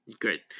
Great